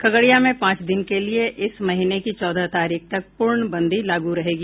खगड़यिा में पांच दिन के लिए इस महीने की चौदह तारीख तक पूर्णबंदी लागू रहेगी